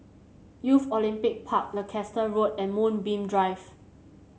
Youth Olympic Park Leicester Road and Moonbeam Drive